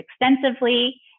extensively